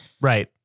Right